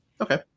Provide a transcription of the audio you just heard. Okay